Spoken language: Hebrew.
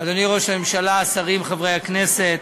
אדוני ראש הממשלה, השרים, חברי הכנסת,